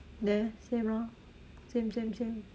there same lor same same same